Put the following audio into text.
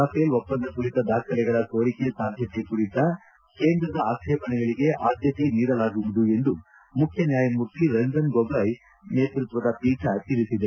Rafale ಒಪ್ಪಂದ ಕುರಿತ ದಾಖಲೆಗಳ ಸೋರಿಕೆ ಸಾಧ್ಯತೆ ಕುರಿತ ಕೇಂದ್ರ ಆಕ್ಷೇಪಣೆಗಳಿಗೆ ಆದ್ಯತೆ ನೀಡಲಾಗುವುದು ಎಂದು ಮುಖ್ಯ ನ್ಯಾಯಮೂರ್ತಿ ರಂಜನ್ ಗೊಗಾಯ್ ನೇತೃತ್ವದ ಪೀಠ ತಿಳಿಸಿದೆ